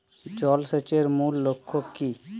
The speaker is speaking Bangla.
জল সেচের মূল লক্ষ্য কী?